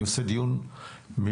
אני אעשה דיון מיוחד,